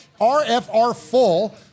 RFRFULL